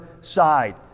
side